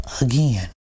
Again